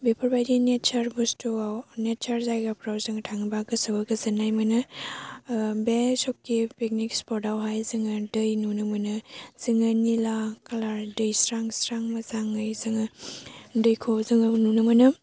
बेफोरबायदि नेसार बस्थुआव नेसार जायगाफ्राव जों थाङोबा गोसोखौ गोजोन्नाय मोनो बे सकि पिकनिक स्पट आवहाय जोङो दै नुनो मोनो जोङो निला खालार दैस्रां स्रां मोजाङै जोङो दैखौ जोङो नुनो मोनो